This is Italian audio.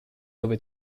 dove